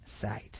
sight